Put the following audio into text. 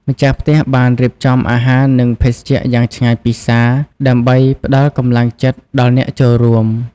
ម្ចាស់ផ្ទះបានរៀបចំអាហារនិងភេសជ្ជៈយ៉ាងឆ្ងាញ់ពិសាដើម្បីផ្តល់កម្លាំងចិត្តដល់អ្នកចូលរួម។